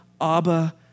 Abba